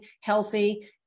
healthy